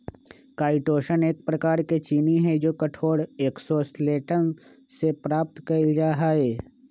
chitosan एक प्रकार के चीनी हई जो कठोर एक्सोस्केलेटन से प्राप्त कइल जा हई